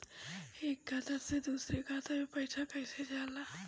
एक खाता से दूसर खाता मे पैसा कईसे जाला?